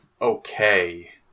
okay